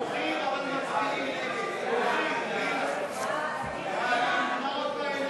הודעת הממשלה על העברת סמכויות מראש הממשלה לשרה לאזרחים ותיקים